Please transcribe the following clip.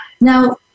Now